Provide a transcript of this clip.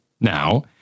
now